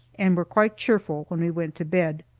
and were quite cheerful when we went to bed.